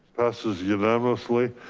passes unanimously.